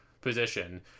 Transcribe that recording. position